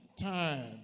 time